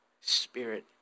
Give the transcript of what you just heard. spirit